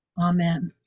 Amen